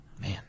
Man